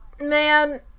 man